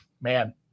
man